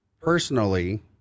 personally